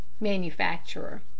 manufacturer